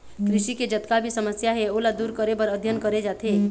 कृषि के जतका भी समस्या हे ओला दूर करे बर अध्ययन करे जाथे